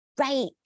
right